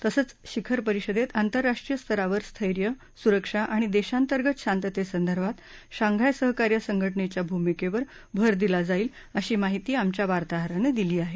तसंच शिखर परिषदेत आंतरराष्ट्रीय स्तरावर स्थैय सुरक्षा आणि देशांतर्गत शांततेसंदर्भात शांघाय सहकार्य संघटनेच्या भूमिकेवर भर दिला जाईल अशी माहिती आमच्या वार्ताहरांन दिली आहे